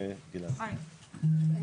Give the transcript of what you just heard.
אני